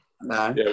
No